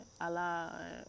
Allah